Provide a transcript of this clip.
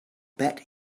bet